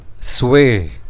sway